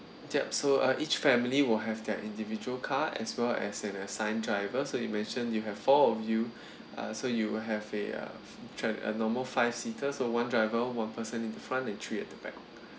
yup so uh each family will have their individual car as well as an assigned driver so you mentioned you have four of you uh so you will have a uh tra~ a normal five seater so one driver one person in the front and three at the back